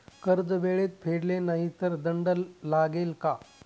कर्ज वेळेत फेडले नाही तर दंड लागेल का?